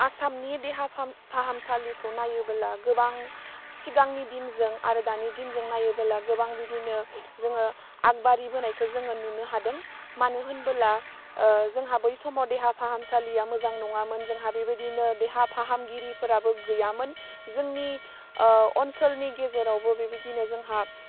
आसामनि देहा फाहामसालिखौ नायोबोला गोबां सिगांनि दिनजों आरो दानि दिनजों नायोबोला गोबां बिदिनो जोङो आगबारिबोनायखौ जोङो नुनो हादों मानो होनबोला ओह जोंहा बै समाव देहा फाहामसालिया मोजां नङामोन जोंहा बेबायदिनो देहा फाहामगिरिफोराबो गैयामोन जोंनि ओह अनसोलनि गेजेरावबो बेबायदिनो जोंहा